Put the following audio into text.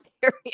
period